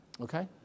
Okay